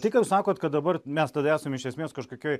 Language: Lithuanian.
tai ką jūs sakot kad dabar mes tada esam iš esmės kažkokioj